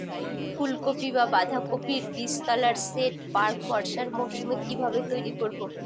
ফুলকপি বা বাঁধাকপির বীজতলার সেট প্রাক বর্ষার মৌসুমে কিভাবে তৈরি করব?